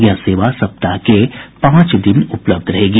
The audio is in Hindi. यह सेवा सप्ताह के पांच दिन उपलब्ध होगी